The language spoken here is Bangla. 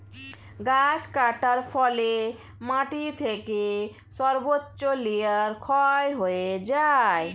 গাছ কাটার ফলে মাটি থেকে সর্বোচ্চ লেয়ার ক্ষয় হয়ে যায়